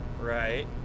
Right